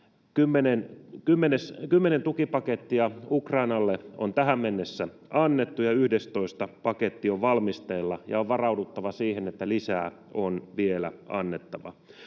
tukipakettia Ukrainalle on tähän mennessä annettu, ja yhdestoista paketti on valmisteilla, ja on varauduttava siihen, että lisää on vielä annettava.